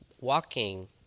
walking